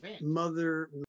Mother